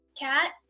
cat